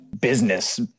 business